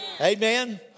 Amen